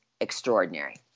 extraordinary